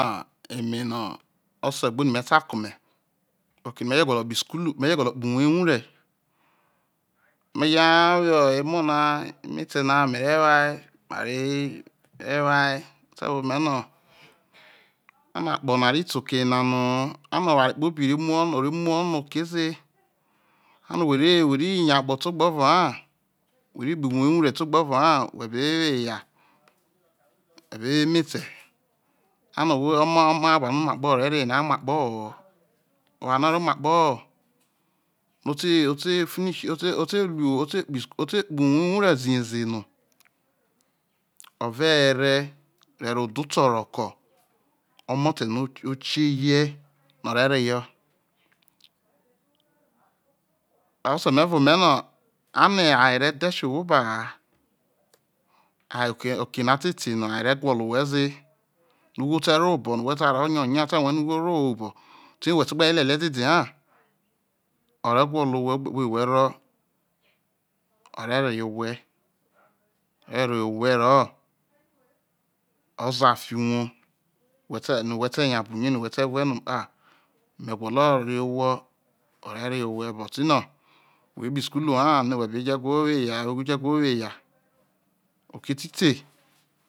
eme no ose gboni me ta ke ome oke no mege gwolo kpoho isukulu me je gwolo kpoho uwor ewuhre me je hai wo emo na emetena me re woai ma re woai te uve ome no ano akpo na ri te okeyeno na ho ano oware kpobire muho no okeze ano whe ri yo akpo te ogbe ovo ha whe ri kpoho vwo ewuhre te ogbe ovo ha whe be wo eyae whe be wo emete aho ohwo omaha na obi mu akpo ho ore rro eyena mu akpo hoho owareno a ro mu akpo ho ho ote finish ote kpoho uwor ewuhre zine zena ove here ero dhe oto reke omote no okiehie no ore reho ose me vue ome no ano ayere dhe sio ohwo ba ha oke natete ayere gwolo owhe ze no ugho terro owhe obo whe sai ro ye rie nougho rro owhe obo whe tegbe lela dede ha ore gwolo owhe ogbe kpobino whe mo ore reho owhe ore reho woho oza fino vwou yo whe te nya bweri whete vuei no ah me gwolo reho owhe p re reho owhe but mo whe kpoho isukulu haa no whe be jo ewhowo eyae oke tite